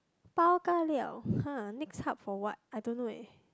bao ga liao !huh! next hub for what I don't know leh